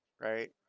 right